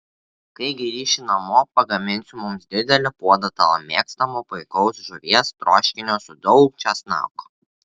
kai grįši namo pagaminsiu mums didelį puodą tavo mėgstamo puikaus žuvies troškinio su daug česnako